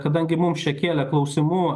kadangi mums čia kėlė klausimų